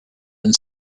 and